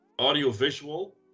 audiovisual